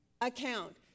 account